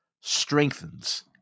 strengthens